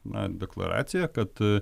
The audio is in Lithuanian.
na deklaraciją kad